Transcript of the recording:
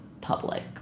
public